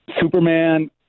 Superman